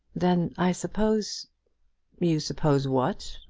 then i suppose you suppose what?